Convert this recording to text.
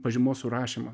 pažymos surašyma